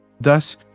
Thus